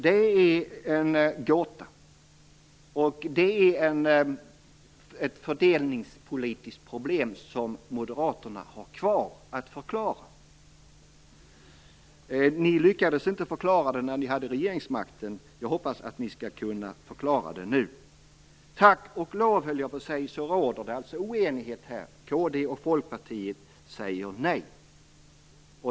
Det är en gåta, och det är ett fördelningspolitiskt problem som Moderaterna har kvar att förklara. Ni lyckades inte förklara det när ni hade regeringsmakten. Jag hoppas att ni skall kunna förklara det nu. Tack och lov, höll jag på att säga, råder det alltså oenighet här. Kd och Folkpartiet säger nej.